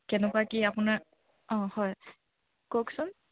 কেনেকুৱা কি আপোনাৰ অঁ হয় কওকচোন